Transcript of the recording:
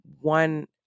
one